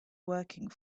working